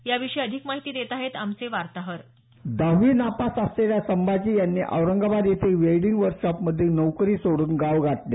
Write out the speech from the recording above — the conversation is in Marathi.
याविषयी अधिक माहिती देत आहेत आमचे वार्ताहर दहावी नापास असलेल्या संभाजी यांनी औरंगाबाद येथे वेल्डिंग वर्कशॉपमधील नोकरी सोड्रन गाव गाठले